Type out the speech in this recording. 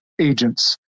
agents